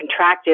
contractive